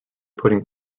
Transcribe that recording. putting